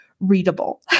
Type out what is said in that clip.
readable